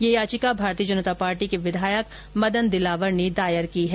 यह याचिका भारतीय जनता पार्टी के विधायक मदन दिलावर ने दायर की है